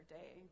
day